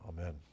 Amen